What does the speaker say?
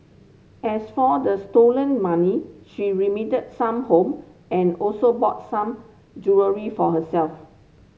as for the stolen money she remitted some home and also bought some jewellery for herself